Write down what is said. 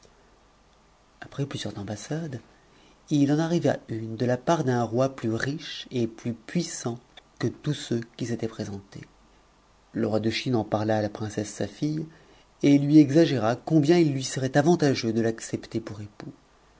après plusieurs ambassades il en arriva une de la part d'un roi plus riche et plus puissant que tous ceux qui s'étaient présentés le roi de chine en parla à la princesse sa fille et lui exagéra combien il lui serait avantageux de l'accepter pour époux